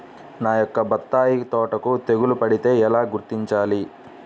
నా యొక్క బత్తాయి తోటకి తెగులు పడితే ఎలా గుర్తించాలి?